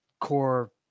core